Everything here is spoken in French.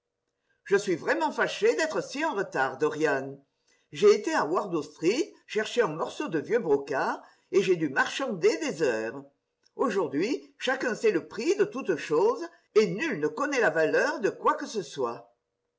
je suis vraiment fâché d'être si en retard dorian j'ai été à wardour street chercher un morceau de vieux brocart et j'ai dû marchander des heures aujourd'hui chacun sait le prix de toutes choses et nul ne connaît la valeur de quoi que ce soit